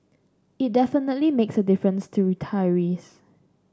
it definitely makes a difference to retirees